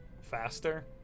faster